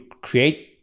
create